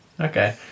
Okay